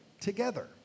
together